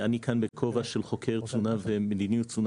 אני כאן בכובע של חוקר תזונה ומדיניות תזונה